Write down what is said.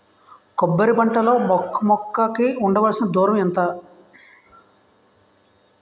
కొబ్బరి పంట లో మొక్క మొక్క కి ఉండవలసిన దూరం ఎంత